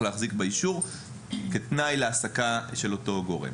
להחזיק באישור כתנאי להעסקה של אותו גורם.